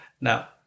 Now